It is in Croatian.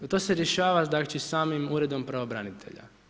To se rješava samim Uredom pravobranitelja.